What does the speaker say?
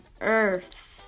earth